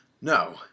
No